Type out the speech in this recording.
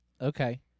Okay